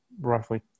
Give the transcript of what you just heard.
roughly